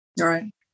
Right